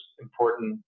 important